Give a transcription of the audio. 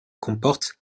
comporte